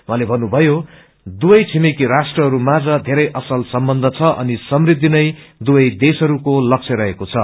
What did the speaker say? उहँले भन्नुभयो दुवै छिमेकी राष्ट्रहरू माझ धेरै असल सम्बन्ध छ अनि समृद्धि नै दुवै देश्वहरूको लक्ष्य रहेको छ